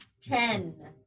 ten